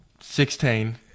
Sixteen